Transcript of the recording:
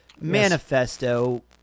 manifesto